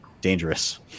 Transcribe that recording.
dangerous